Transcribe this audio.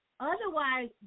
Otherwise